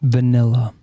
Vanilla